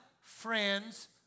friends